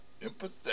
empathetic